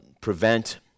prevent